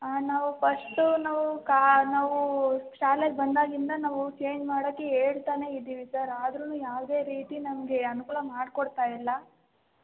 ಹಾಂ ನಾವು ಫಸ್ಟ್ ನಾವು ಕಾ ನಾವು ಶಾಲೆಗೆ ಬಂದಾಗಿಂದ ನಾವು ಚೇಂಜ್ ಮಾಡೋಕೆ ಹೇಳ್ತಾನೇ ಇದ್ದೀವಿ ಸರ್ ಆದರೂ ಯಾವುದೇ ರೀತಿ ನಮಗೆ ಅನುಕೂಲ ಮಾಡಿಕೊಡ್ತಾ ಇಲ್ಲ